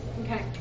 Okay